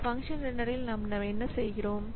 இந்த பங்க்ஷன் ரன்னரில் நாம் என்ன செய்கிறோம்